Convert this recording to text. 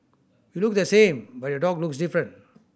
you look the same but your dog looks different